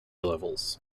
levels